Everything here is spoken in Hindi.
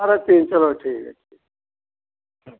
साढ़े तीन चलो ठीक है